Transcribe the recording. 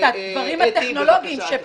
את הדברים הטכנולוגיים,